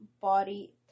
body